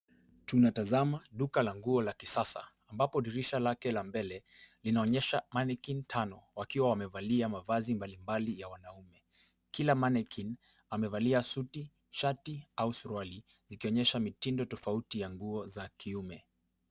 Tunatazama duka la nguo la kisasa ambapo dirisha lake la mbele linaonyesha mannequin tano wakiwa wamevalia mavazi mbalimbali ya wanaume. Kila mannequin amevalia suti, shati au suruali zikionyesha mitindo tofauti ya nguo za kiume.